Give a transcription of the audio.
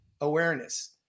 awareness